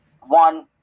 One